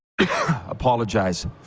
Apologize